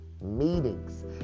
Meetings